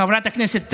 חברת הכנסת רגב,